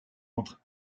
entre